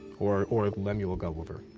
or or lemuel gulliver,